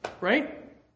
right